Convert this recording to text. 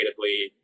creatively